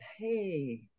hey